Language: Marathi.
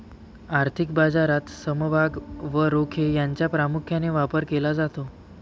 आर्थिक बाजारात समभाग व रोखे यांचा प्रामुख्याने व्यापार केला जातो